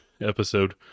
episode